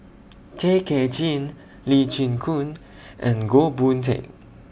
Tay Kay Chin Lee Chin Koon and Goh Boon Teck